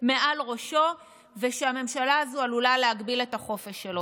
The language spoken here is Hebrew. מעל ראשו ושהממשלה הזו עלולה להגביל את החופש שלו.